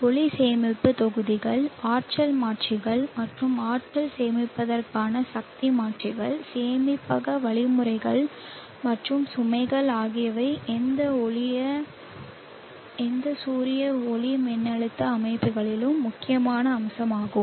ஒளி சேமிப்பு தொகுதிகள் ஆற்றல் மாற்றிகள் மற்றும் ஆற்றல் சேமிப்பிற்கான சக்தி மாற்றிகள் சேமிப்பக வழிமுறைகள் மற்றும் சுமைகள் ஆகியவை எந்த சூரிய ஒளிமின்னழுத்த அமைப்புகளிலும் முக்கியமான அம்சங்களாகும்